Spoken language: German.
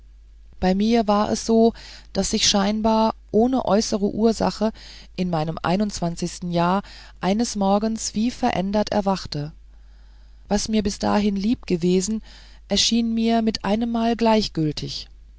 bei mir war es so daß ich scheinbar ohne äußere ursache in meinem einundzwanzig jahr eines morgens wie verändert erwachte was mir bis dahin lieb gewesen erschien mir mit einemmal gleichgültig